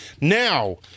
Now